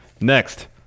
Next